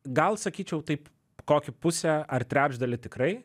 gal sakyčiau taip kokį pusę ar trečdalį tikrai